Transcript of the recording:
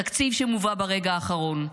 תקציב שמובא ברגע האחרון,